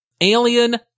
Alien